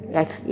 Yes